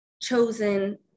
chosen